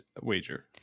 wager